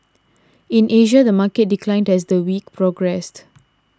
in Asia the market declined as the week progressed